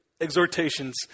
Exhortations